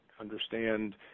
understand